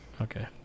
okay